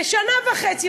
ושנה וחצי,